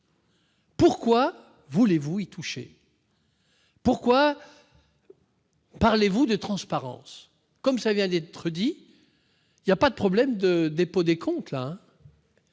Pourquoi voulez-vous y toucher ? Pourquoi parlez-vous de transparence ? Comme cela vient d'être dit, il n'y a pas de problème de dépôt des comptes :